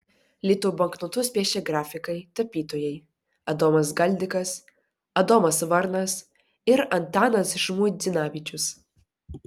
litų banknotus piešė grafikai tapytojai adomas galdikas adomas varnas ir antanas žmuidzinavičius